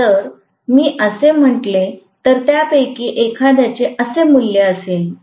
तर जर मी असे म्हटले तर त्यापैकी एखाद्याचे असे मूल्य असेल